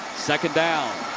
second down.